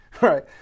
right